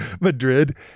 Madrid